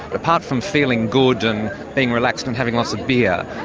apart from feeling good and being relaxed and having lots of beer,